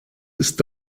ist